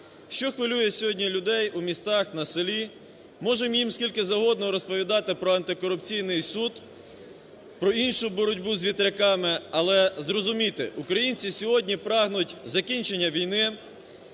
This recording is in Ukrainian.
Що хвилює сьогодні людей у містах, на селі? Можемо їм скільки завгодно розповідати про антикорупційний суд, про іншу боротьбу з вітряками, але, зрозумійте, українці сьогодні прагнуть закінчення війни,